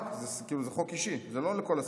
זה חוק אישי, זה לא לכל השרים.